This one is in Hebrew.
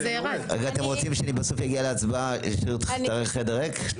אתם רוצים שאני בסוף אגיע להצבעה כשאשאיר את החדר ריק?